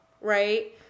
right